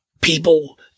people